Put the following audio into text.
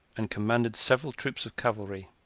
and commanded several troops of cavalry.